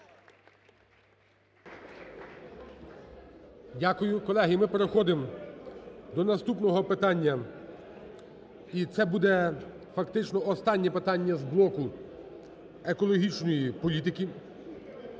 Дякую. Колеги, ми переходимо до наступного питання. І це буде фактично останнє питання з блоку екологічної політики.